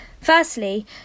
Firstly